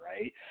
right